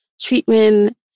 treatment